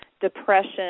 depression